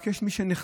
יש רק מי שנכנע,